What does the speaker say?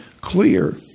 clear